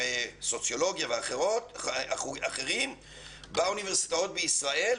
סוציולוגיה ואחרים באוניברסיטאות בישראל.